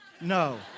No